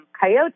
Coyote